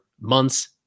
months